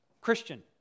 Christian